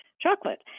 chocolate